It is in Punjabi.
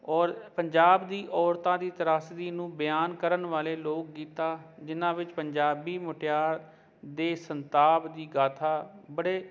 ਔਰ ਪੰਜਾਬ ਦੀ ਔਰਤਾਂ ਦੀ ਤਰਾਸਦੀ ਨੂੰ ਬਿਆਨ ਕਰਨ ਵਾਲੇ ਲੋਕ ਗੀਤਾਂ ਜਿੰਨ੍ਹਾਂ ਵਿੱਚ ਪੰਜਾਬੀ ਮੁਟਿਆਰ ਦੇ ਸੰਤਾਪ ਦੀ ਗਾਥਾ ਬੜੇ